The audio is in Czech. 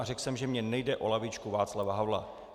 A řekl jsem, že mi nejde o lavičku Václava Havla.